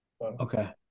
Okay